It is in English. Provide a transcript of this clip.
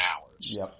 hours